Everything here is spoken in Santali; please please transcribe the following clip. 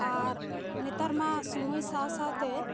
ᱟᱨ ᱱᱮᱛᱟᱨ ᱢᱟ ᱥᱳᱢᱳᱭ ᱥᱟᱶ ᱥᱟᱶᱛᱮ